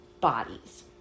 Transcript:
bodies